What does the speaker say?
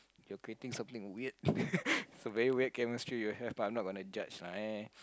you're creating something weird it's very weird chemistry you have but I'm not gonna judge lah eh